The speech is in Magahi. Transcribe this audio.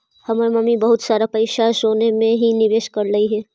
हमर मम्मी बहुत सारा पैसा सोने में ही निवेश करलई हे